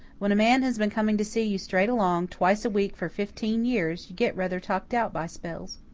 when a man has been coming to see you straight along, twice a week for fifteen years, you get rather talked out by spells.